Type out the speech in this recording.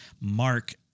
mark